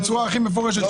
בצורה הכי מפורשת.